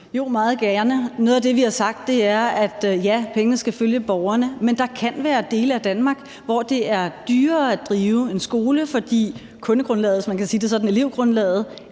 Jo, meget gerne, og noget af det, som vi har sagt, er, at ja, pengene skal følge borgerne. Men der kan være dele af Danmark, hvor det er dyrere at drive en skole, fordi kundegrundlaget, hvis man kan sige det sådan, altså elevgrundlaget,